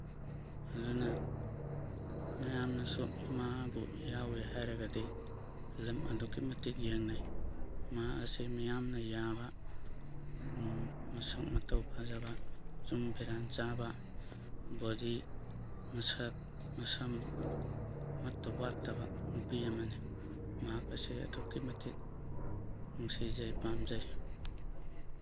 ꯑꯗꯨꯅ ꯃꯌꯥꯝꯅꯁꯨ ꯃꯥꯕꯨ ꯌꯥꯎꯋꯦ ꯍꯥꯏꯔꯒꯗꯤ ꯐꯤꯂꯝ ꯑꯗꯨꯛꯀꯤ ꯃꯇꯤꯛ ꯌꯦꯡꯅꯩ ꯃꯍꯥꯛ ꯑꯁꯦ ꯃꯤꯌꯥꯝꯅ ꯌꯥꯕ ꯃꯁꯛ ꯃꯇꯧ ꯐꯖꯕ ꯆꯨꯡ ꯐꯤꯔꯥꯟ ꯆꯥꯕ ꯕꯣꯗꯤ ꯃꯁꯛ ꯃꯁꯝ ꯑꯃꯠꯇ ꯋꯥꯠꯇꯕ ꯅꯨꯄꯤ ꯑꯃꯅꯤ ꯃꯍꯥꯛ ꯑꯁꯦ ꯑꯗꯨꯛꯀꯤ ꯃꯇꯤꯛ ꯅꯨꯡꯁꯤꯖꯩ ꯄꯥꯝꯖꯩ